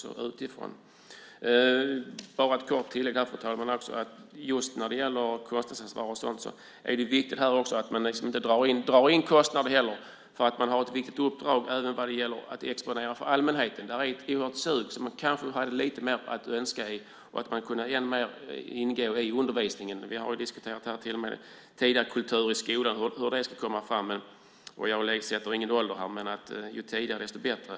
Låt mig, fru talman, göra ytterligare ett kort tillägg. Just när det gäller kostnadsansvar och sådant är det viktigt att man inte drar in på kostnader. Det finns ett viktigt uppdrag vad gäller att exponera för allmänheten. Det finns ett oerhört sug, och kanske kunde man önska att detta än mer kunde ingå i undervisningen. Vi har tidigare i dag diskuterat kultur i skolan och hur det ska komma fram. Jag sätter inte upp någon ålder här, men ju tidigare desto bättre.